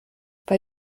bei